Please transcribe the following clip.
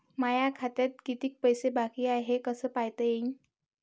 माया खात्यात कितीक पैसे बाकी हाय हे कस पायता येईन?